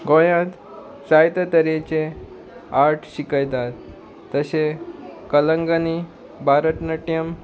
गोंयांत जायते तरेचे आर्ट शिकयतात तशें कलंगनी भारतनाट्यम